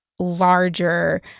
larger